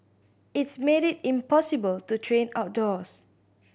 it's made it impossible to train outdoors